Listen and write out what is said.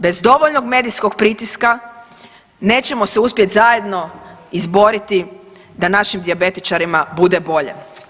Bez dovoljnog medijskog pritiska nećemo se uspjet zajedno izboriti da našim dijabetičarima bude bolje.